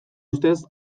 ustez